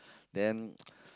then